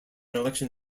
election